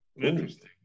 Interesting